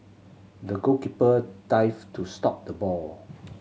the goalkeeper dived to stop the ball